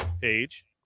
page